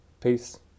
Peace